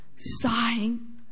Sighing